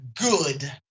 good